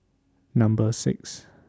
Number six